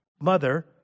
mother